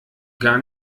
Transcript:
gar